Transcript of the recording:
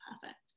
perfect